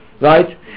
right